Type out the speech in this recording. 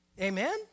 Amen